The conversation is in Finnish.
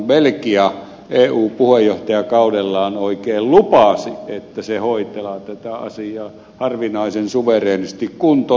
belgia eu puheenjohtajakaudellaan oikein lupasi että se hoitaa tätä asiaa harvinaisen suvereenisti kuntoon